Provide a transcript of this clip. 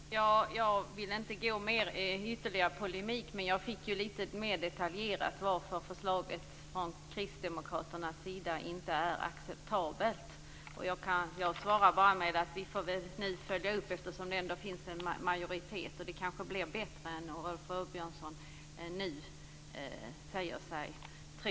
Fru talman! Jag vill inte gå i ytterligare polemik. Jag fick ett mer detaljerat svar på varför förslaget inte är acceptabelt för Kristdemokraterna. Vi får följa upp försöksverksamheten. Det finns ändå en majoritet för förslaget. Det kanske blir bättre än Rolf Åbjörnsson nu säger sig tro.